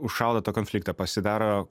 užšaldo tą konfliktą pasidaro